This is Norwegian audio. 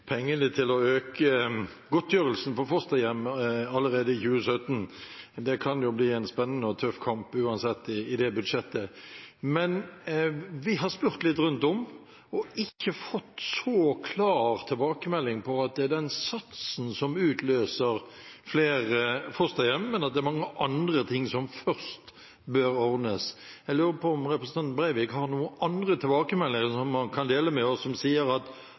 pengene til å øke godtgjørelsen for fosterhjem allerede i 2017. Det kan jo bli en spennende og tøff kamp uansett i det budsjettet. Vi har spurt litt rundt om og ikke fått så klar tilbakemelding på at det er satsen som utløser flere fosterhjem, men at det er mange andre ting som først bør ordnes. Jeg lurer på om representanten Breivik har noen andre tilbakemeldinger som han kan dele med oss, som sier at